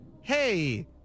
hey